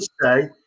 say